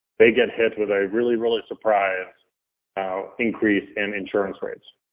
they get hit with a really, really surprised increase in insurance rates.